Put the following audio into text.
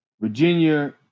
Virginia